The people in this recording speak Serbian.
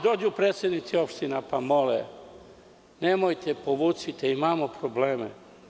Dođu predsednici opština, pa mole – nemojte, povucite, imamo probleme.